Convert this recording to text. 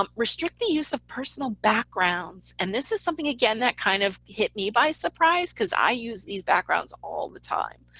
um restrict the use of personal backgrounds. and this is something again that kind of hit me by surprise because i use these backgrounds all the time.